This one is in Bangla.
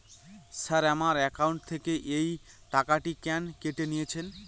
স্যার আমার একাউন্ট থেকে এই টাকাটি কেন কেটে নিয়েছেন?